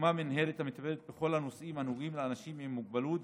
הוקמה מינהלת המטפלת בכלל הנושאים הנוגעים לאנשים עם מוגבלות,